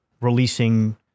releasing